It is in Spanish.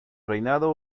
reinado